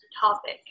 topic